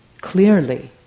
clearly